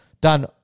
done